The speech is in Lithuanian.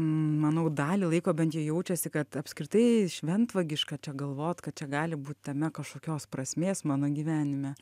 manau dalį laiko bent jau jaučiasi kad apskritai šventvagiška čia galvot kad čia gali būt tame kažkokios prasmės mano gyvenime